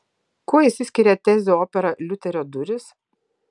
kuo išsiskiria tezių opera liuterio durys